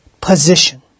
position